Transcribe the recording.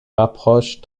rapproche